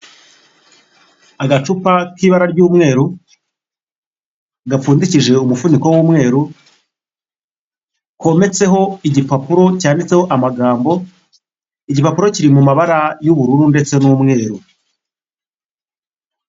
Agacupa k'ibara ry'umweru, gapfundikishije umufuniko w'umweru, kometseho igipapuro cyanditseho amagambo, igipapuro kiri mu mabara y'ubururu ndetse n'umweru.